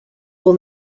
all